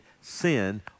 sin